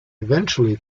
eventually